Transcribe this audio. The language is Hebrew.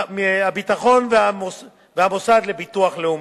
משרד הביטחון והמוסד לביטוח לאומי,